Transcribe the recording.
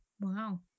Wow